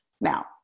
Now